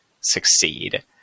succeed